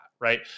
right